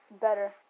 better